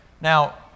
Now